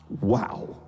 Wow